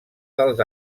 dels